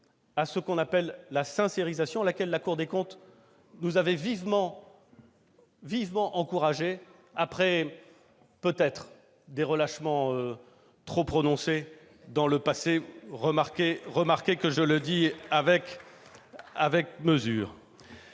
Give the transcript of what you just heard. à ce qu'on appelle la « sincérisation », à laquelle la Cour des comptes nous avait vivement encouragés, après, peut-être, des relâchements trop prononcés dans le passé- remarquez que je le dis avec mesure.